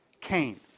Cain